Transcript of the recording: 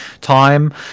time